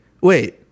wait